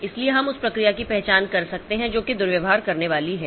इसलिए हम उस प्रक्रिया की पहचान कर सकते हैं जो कि दुर्व्यवहार करने वाली है